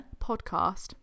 podcast